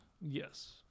Yes